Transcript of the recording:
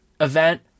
event